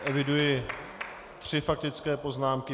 Eviduji tři faktické poznámky.